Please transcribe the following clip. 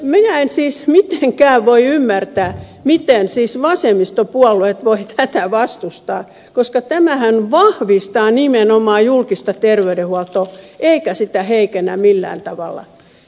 minä en siis mitenkään voi ymmärtää miten vasemmistopuolueet voivat tätä vastustaa koska tämähän vahvistaa nimenomaan julkista terveydenhuoltoa eikä sitä heikennä millään tavalla